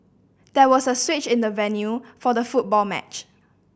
there was a switch in the venue for the football match